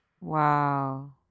Wow